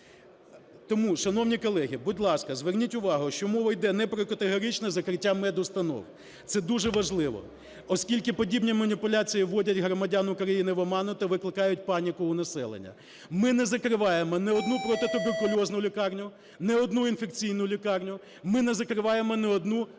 Тому, шановні колеги, будь ласка, зверніть увагу, що мова іде не про категоричне закриття медустанов. Це дуже важливо, оскільки подібні маніпуляції вводять громадян України в оману та викликають паніку у населення. Ми не закриваємо ні одну протитуберкульозну лікарню, ні одну інфекційну лікарню, ми не закриваємо ні одну